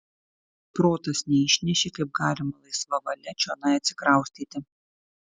protas neišnešė kaip galima laisva valia čionai atsikraustyti